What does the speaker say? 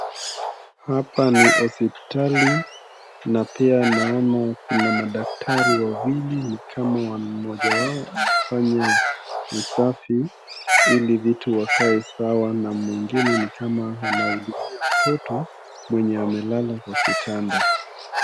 hapa ni hospitali na pia naona kuna madaktari wawili ni kama mmoja wao anafanya usafi ili vitu wakae sawa na mwingine nikama anahudumia mtoto mwenye amelala kwa kitanda.